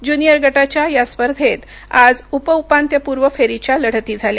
junior गटाच्या या स्पर्धेंत आज उप उपांत्यपुर्व फेरीच्या लढती झाल्या